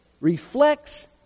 reflects